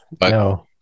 No